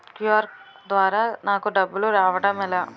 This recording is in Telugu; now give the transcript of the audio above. క్యు.ఆర్ ద్వారా నాకు డబ్బులు రావడం ఎలా?